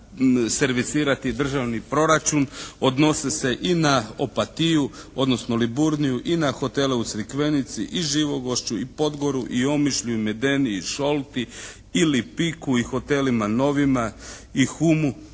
servisirati državni proračun odnose se i na Opatiju odnosno Liburniju i na hotele u Crikvenici i Živogošću i Podgoru i Omišlju i Medeni i Šolti ili Piku i hotelima novima i Humu,